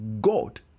God